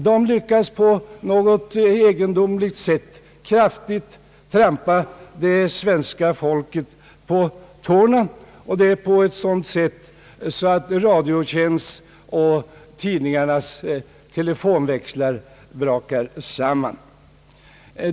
TV lyckas på något egendomligt sätt att kraftigt trampa det svenska folket på tårna och det på ett sådant vis att Sveriges radios och tidningarnas telefonväxlar brakar samman.